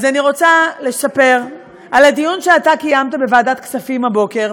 אז אני רוצה לספר על הדיון שאתה קיימת בוועדת כספים הבוקר,